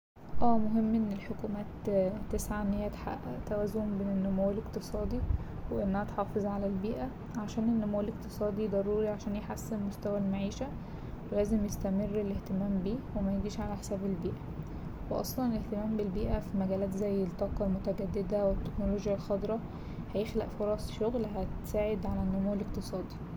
اه مهم إن الحكومات تسعى إنها تحقق توازن بين النمو الاقتصادي وإنها تحافظ على البيئة عشان النمو الاقتصادي ضروري عشان يحسن مستوى المعيشة فا لازم يستمر الإهتمام بيه وميجيش على حساب البيئة و أصلا الإهتمام بالبيئة في مجالات زي الطاقة المتجددة والتكنولوجيا الخضرا هيخلق فرص شغل هتساعد على النمو الاقتصادي.